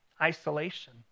Isolation